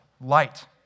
light